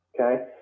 Okay